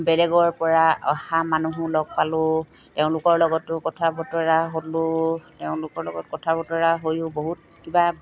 বেলেগৰপৰা অহা মানুহো লগ পালোঁ তেওঁলোকৰ লগতো কথা বতৰা হ'লোঁ তেওঁলোকৰ লগত কথা বতৰা হৈয়ো বহুত কিবা